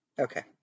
Okay